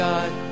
God